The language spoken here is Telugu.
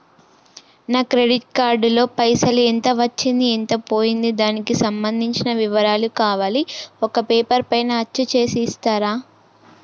నా క్రెడిట్ కార్డు లో పైసలు ఎంత వచ్చింది ఎంత పోయింది దానికి సంబంధించిన వివరాలు కావాలి ఒక పేపర్ పైన అచ్చు చేసి ఇస్తరా?